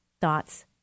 thoughts